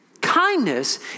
Kindness